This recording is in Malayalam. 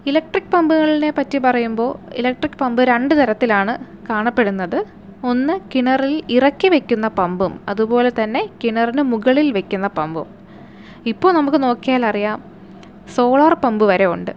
ഇലക്ട്രിക് പമ്പുകളെ പറ്റി പറയുമ്പോൾ ഇലക്ട്രിക് പമ്പ് രണ്ട് തരത്തിലാണ് കാണപ്പെടുന്നത് ഒന്ന് കിണറിൽ ഇറക്കി വയ്ക്കുന്ന പമ്പും അതുപോലെ തന്നെ കിണറിനു മുകളിൽ വയ്ക്കുന്ന പമ്പും ഇപ്പോൾ നമുക്ക് നോക്കിയാൽ അറിയാം സോളാര് പമ്പ് വരെ ഉണ്ട്